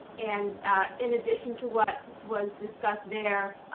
and in addition to what was discussed there,